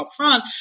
upfront